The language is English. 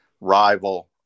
rival